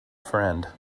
friend